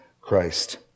Christ